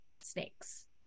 snakes